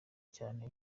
cyane